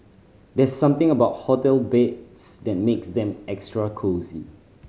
there's something about hotel beds that makes them extra cosy